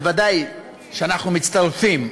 ודאי שאנחנו מצטרפים,